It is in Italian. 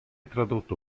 tradotto